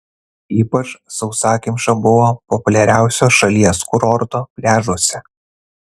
ypač sausakimša buvo populiariausio šalies kurorto pliažuose